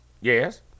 Yes